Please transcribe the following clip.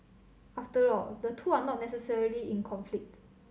after all the two are not necessarily in conflict